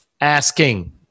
asking